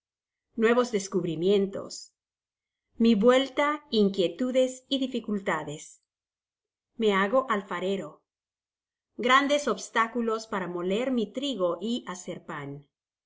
nuevos descubrimien tos mi vuelta inquietudes y dificultades me hago alfarero grandes obstaculos para moler mi trigo y hacer pan